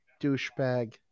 douchebag